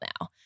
now